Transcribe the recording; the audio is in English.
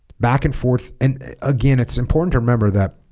back and forth and again it's important to remember that